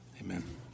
Amen